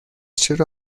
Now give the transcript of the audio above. چرا